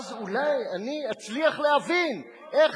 אז אולי אני אצליח להבין איך זה,